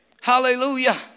Hallelujah